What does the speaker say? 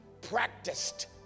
practiced